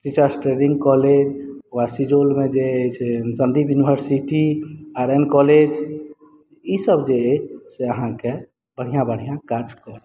teachers training college सिजौलमे जे अछि Sandeep university R N college ई सभ जे अछि से अहाँके बढ़िआँ बढ़िआँ काज कऽ रहल अछि